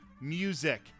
music